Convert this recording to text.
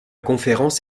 conférence